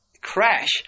crash